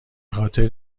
بخاطر